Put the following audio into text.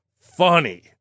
funny